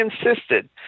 insisted